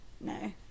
no